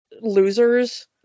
Losers